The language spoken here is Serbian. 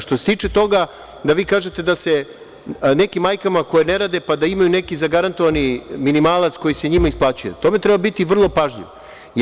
Što se tiče toga da vi kažete da se nekim majkama koje ne rade, pa da imaju neki zagarantovani minimalac koji se njima isplaćuje, u tome treba biti vrlo pažljive.